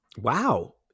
Wow